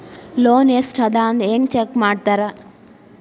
loan ಎಷ್ಟ್ ಅದ ಹೆಂಗ್ ಚೆಕ್ ಮಾಡ್ತಾರಾ